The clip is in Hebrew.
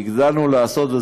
והגדלנו לעשות,